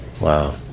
Wow